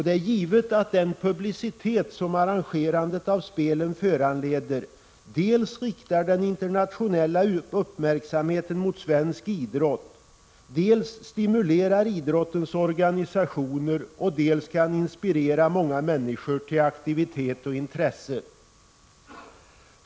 Det är givet att den publicitet som arrangerandet av spelen föranleder dels innebär att den internationella uppmärksamheten riktas mot svensk idrott, dels stimulerar idrottens organisationer, dels kan inspirera många människor till aktivitet och intresse.